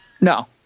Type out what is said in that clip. No